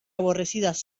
aborrecidas